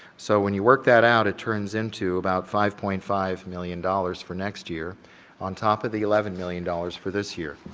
so when you work that out it turns into about five point five million dollars for next year on top of the eleven million dollars for this year,